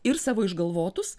ir savo išgalvotus